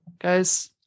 guys